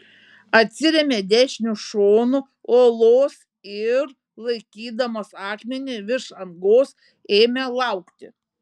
atsirėmė dešiniu šonu uolos ir laikydamas akmenį virš angos ėmė laukti